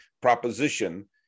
proposition